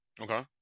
Okay